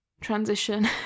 transition